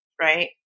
right